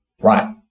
Right